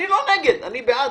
אני לא נגד, אני בעד.